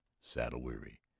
saddle-weary